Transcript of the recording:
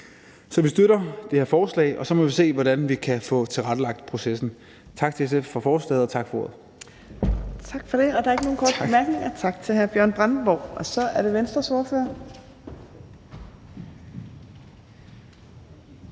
Så vi støtter det her forslag, og så må vi se, hvordan vi kan få tilrettelagt processen. Tak til SF for forslaget, og tak for ordet. Kl. 16:35 Tredje næstformand (Trine Torp): Tak for det. Der er ikke nogen korte bemærkninger. Tak til hr. Bjørn Brandenborg. Så er det Venstres ordfører,